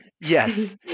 Yes